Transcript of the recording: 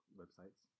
websites